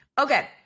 Okay